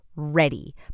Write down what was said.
Ready